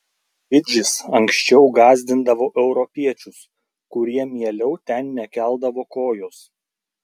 fidžis anksčiau gąsdindavo europiečius kurie mieliau ten nekeldavo kojos